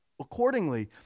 Accordingly